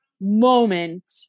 moment